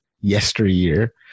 yesteryear